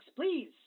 please